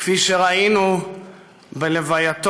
כפי שראינו בלווייתו,